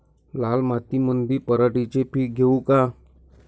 लाल मातीमंदी पराटीचे पीक घेऊ का?